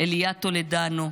אליה טולדנו,